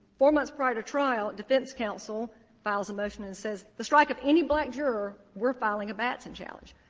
four months prior to trial, defense counsel files a motion and says, the strike of any black juror, we're filing a batson challenge.